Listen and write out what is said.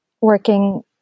working